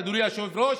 אדוני היושב-ראש,